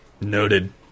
Noted